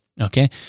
Okay